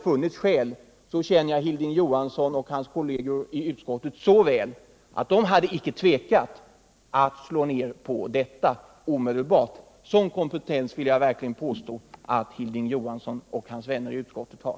Jag känner Hilding Johansson och hans kolleger i utskottet så väl att jag vet, att om det hade funnits skäl att debattera frågan, skulle de inte tvekat att omedelbart slå ned på den. En sådan kompetens vill jag påstå att Hilding Johansson och hans vänner i utskottet har.